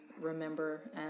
remember